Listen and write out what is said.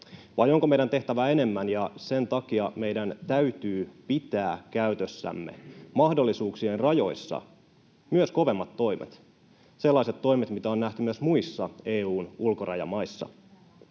vai onko meidän tehtävä enemmän. Sen takia meidän täytyy pitää käytössämme, mahdollisuuksien rajoissa, myös kovemmat toimet — sellaiset toimet, mitä on nähty myös muissa EU:n ulkorajamaissa.